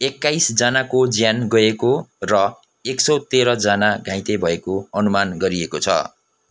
एक्काइस जनाको ज्यान गएको र एक सौ तेह्र जना घाइते भएको अनुमान गरिएको छ